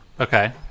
Okay